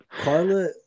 Carla